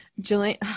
Jillian